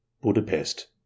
Budapest